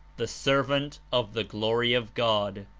the servant of the glory of god.